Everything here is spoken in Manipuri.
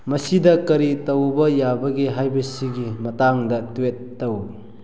ꯃꯁꯤꯗ ꯀꯔꯤ ꯇꯧꯕ ꯌꯥꯕꯒꯦ ꯍꯥꯏꯕꯁꯤꯒꯤ ꯃꯇꯥꯡꯗ ꯇ꯭ꯋꯦꯠ ꯇꯧ